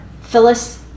Phyllis